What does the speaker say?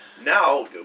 Now